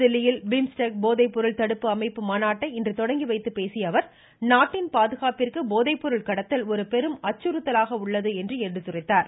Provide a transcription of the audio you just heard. புதுதில்லியில் பிம்ஸ்டெக் போதைப்பொருள் தடுப்பு அமைப்பு மாநாட்டை இன்று தொடங்கி வைத்து பேசிய அவர் நாட்டின் பாதுகாப்பிற்கு போதைப்பொருள் கடத்தல் ஒருபெரும் அச்சுறுத்தலாக உள்ளது என்று எடுத்துரைத்தார்